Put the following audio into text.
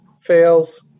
Fails